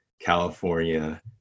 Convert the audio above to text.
California